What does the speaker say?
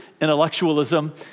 intellectualism